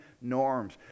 norms